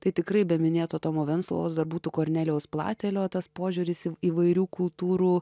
tai tikrai be minėto tomo venclovos dar būtų kornelijaus platelio tas požiūris į įvairių kultūrų